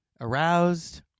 aroused